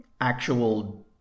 actual